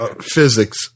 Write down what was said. physics